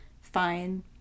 fine